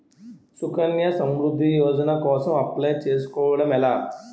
సుకన్య సమృద్ధి యోజన కోసం అప్లయ్ చేసుకోవడం ఎలా?